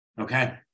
Okay